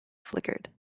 flickered